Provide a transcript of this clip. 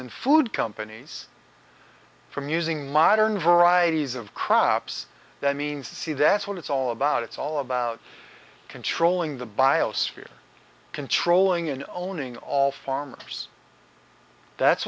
in food companies from using modern varieties of crops that means to see that's what it's all about it's all about controlling the biosphere controlling and owning all farmers that's